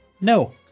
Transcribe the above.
No